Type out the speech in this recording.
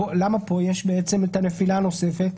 למה פה בעצם יש את הנפילה הנוספת?